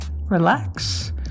relax